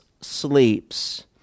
sleeps